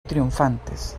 triunfantes